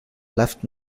left